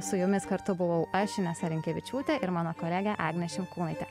su jumis kartu buvau aš inesa rinkevičiūtė ir mano kolegė agnė šimkūnaitė